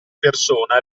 persona